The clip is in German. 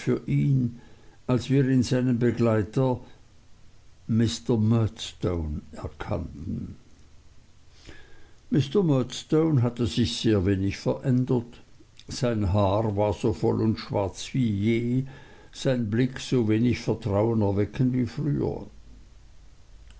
ihn als wir in seinem begleiter mr murdstone erkannten mr murdstone hatte sich sehr wenig verändert sein haar war so voll und schwarz wie je sein blick so wenig vertrauenerweckend wie früher